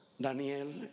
Daniel